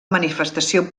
manifestació